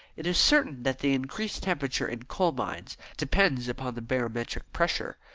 it is certain that the increased temperature in coal mines depends upon the barometric pressure.